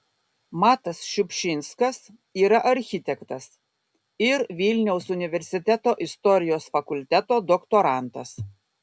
matas šiupšinskas yra architektas ir vilniaus universiteto istorijos fakulteto doktorantas